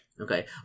Okay